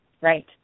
Right